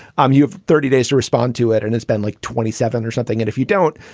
um you have thirty days to respond to it and it's been like twenty seven or something. and if you don't,